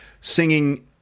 singing